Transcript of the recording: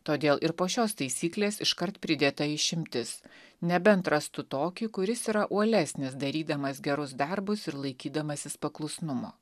todėl ir po šios taisyklės iškart pridėta išimtis nebent rastų tokį kuris yra uolesnis darydamas gerus darbus ir laikydamasis paklusnumo